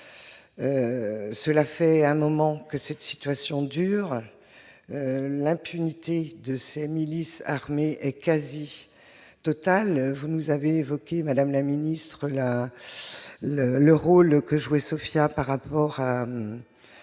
Cela fait un moment que cette situation dure. L'impunité de ces milices armées est quasi totale. Vous avez évoqué, madame la ministre, le rôle joué par Sofia dans l'arrêt de